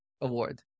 Award